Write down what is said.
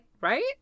Right